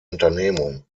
unternehmung